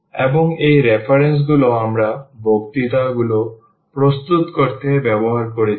এবং এই রেফারেন্সগুলি আমরা এই বক্তৃতা গুলো প্রস্তুত করতে ব্যবহার করেছি